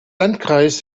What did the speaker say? landkreis